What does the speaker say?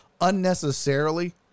unnecessarily